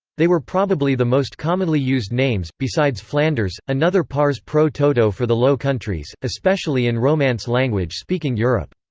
they were probably the most commonly used names, besides flanders, another pars pro toto for the low countries, especially in romance language speaking europe.